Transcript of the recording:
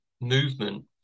movement